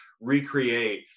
recreate